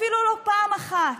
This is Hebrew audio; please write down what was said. אפילו לא פעם אחת.